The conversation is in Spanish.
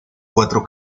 cuatro